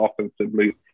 offensively